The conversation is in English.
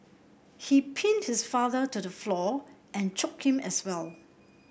he pinned his father to the floor and choked him as well